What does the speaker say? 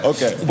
Okay